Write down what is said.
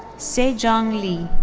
se jong lee.